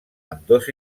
ambdós